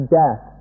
death